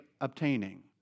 obtaining